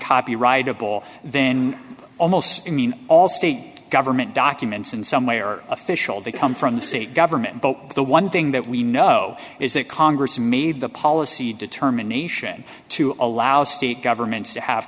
uncopyrightable then almost in mean all state government documents in some way or official they come from the state government but the one thing that we know is that congress made the policy determination to allow state governments to have